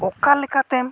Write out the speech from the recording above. ᱚᱠᱟ ᱞᱮᱠᱟᱛᱮᱢ